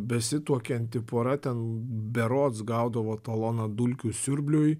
besituokianti pora ten berods gaudavo taloną dulkių siurbliui